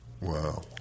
Wow